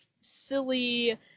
silly